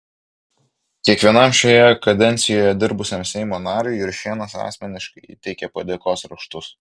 kiekvienam šioje kadencijoje dirbusiam seimo nariui juršėnas asmeniškai įteikė padėkos raštus